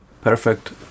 perfect